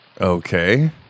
Okay